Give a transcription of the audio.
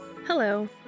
Hello